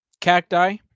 Cacti